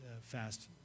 fast